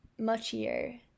muchier